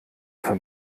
für